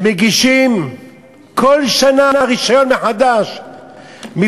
שמגישים בכל שנה מחדש בקשה לרישיון.